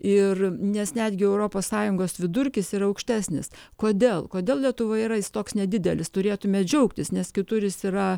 ir nes netgi europos sąjungos vidurkis yra aukštesnis kodėl kodėl lietuvoje yra jis toks nedidelis turėtumėt džiaugtis nes kitur jis yra